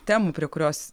temų prie kurios